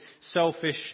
selfish